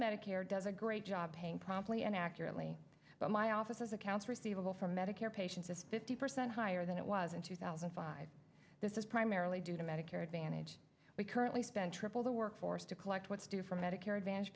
medicare does a great job paying promptly and accurately but my office as accounts receivable for medicare patients is fifty percent higher than it was in two thousand and five this is primarily due to medicare advantage we currently spend triple the work force to collect what's due from medicare advantage